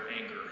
anger